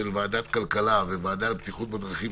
כתוב בסעיפים "לוועדה מוועדות הכנסת",